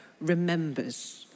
remembers